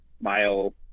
mile